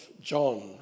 John